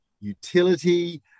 utility